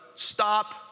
Stop